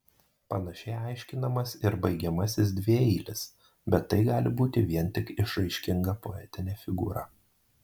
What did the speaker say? panašiai aiškinamas ir baigiamasis dvieilis bet tai gali būti vien tik išraiškinga poetinė figūra